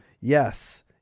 yes